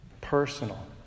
personal